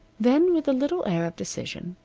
then, with a little air of decision,